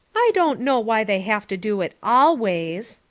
i don't know why they have to do it always,